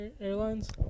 Airlines